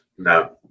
No